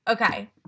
Okay